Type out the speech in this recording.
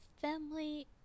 family